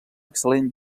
excel·lent